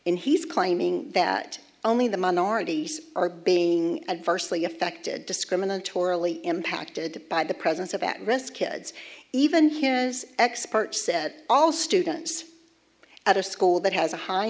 and he's claiming that only the minorities are being adversely affected discriminatorily impacted by the presence of at risk kids even as expert said at all students at a school that has a high